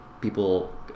people